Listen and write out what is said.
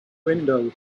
window